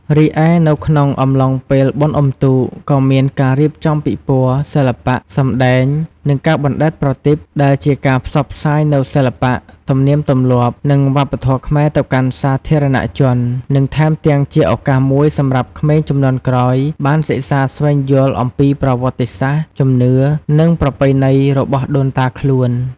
រីឯនៅក្នុងអំឡុងពេលបុណ្យអុំទូក ក៏មានការរៀបចំពិព័រណ៍ សិល្បៈ សម្ដែង និងការបណ្ដែតប្រទីប ដែលជាការផ្សព្វផ្សាយនូវសិល្បៈ ទំនៀមទម្លាប់ និងវប្បធម៌ខ្មែរទៅកាន់សាធារណជន និងថែមទាំងជាឱកាសមួយសម្រាប់ក្មេងជំនាន់ក្រោយបានសិក្សាស្វែងយល់អំពីប្រវត្តិសាស្ត្រ ជំនឿ និងប្រពៃណីរបស់ដូនតាខ្លួន។